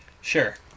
Sure